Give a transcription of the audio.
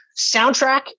Soundtrack